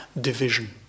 division